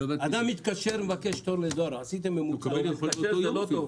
הוא מקבל באותו יום.